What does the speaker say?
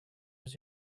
was